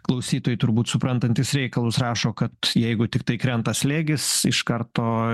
klausytojai turbūt suprantantys reikalus rašo kad jeigu tiktai krenta slėgis iš karto